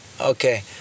Okay